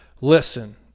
listen